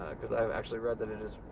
cause i've actually read that it is